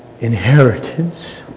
inheritance